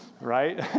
right